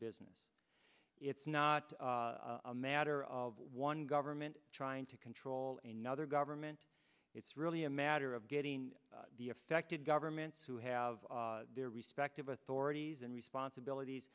business it's not a matter of one government trying to control and another government it's really a matter of getting the affected governments who have their respective authorities and responsibilities